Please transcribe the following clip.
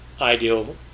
ideal